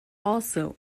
also